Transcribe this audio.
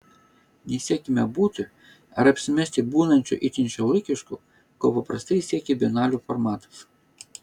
nesiekiama būti ar apsimesti būnančiu itin šiuolaikišku ko paprastai siekia bienalių formatas